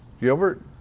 Gilbert